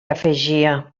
afegia